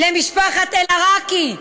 למשפחת אל-עראקי.